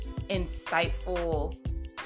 insightful